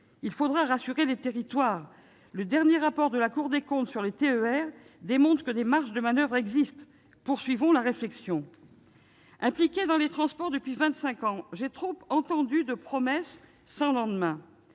Il faudra rassurer les territoires. Le dernier rapport de la Cour des comptes sur les TER démontre que des marges de manoeuvre existent. Poursuivons la réflexion ! Impliquée dans les transports depuis vingt-cinq ans, j'ai trop entendu de promesses sans lendemain.